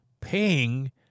paying